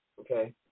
okay